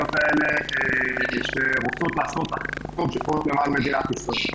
האלה שרוצות לעשות הכי טוב שהן יכולות למען מדינת ישראל.